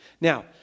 Now